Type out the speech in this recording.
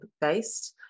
based